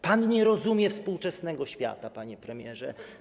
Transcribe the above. Pan nie rozumie współczesnego świata, panie premierze.